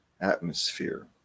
atmosphere